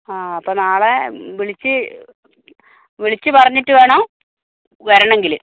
ആ അപ്പം നാളെ വിളിച്ച് വിളിച്ച് പറഞ്ഞിട്ട് വേണം വരണമെങ്കിൽ